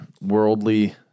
Worldly